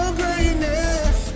greatness